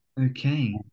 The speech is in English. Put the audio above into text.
okay